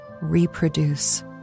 reproduce